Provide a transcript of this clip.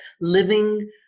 living